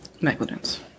negligence